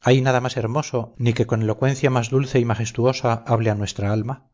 hay nada más hermoso ni que con elocuencia más dulce y majestuosa hable a nuestra alma